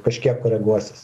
kažkiek koreguosis